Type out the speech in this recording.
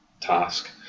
task